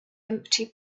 empty